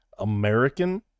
American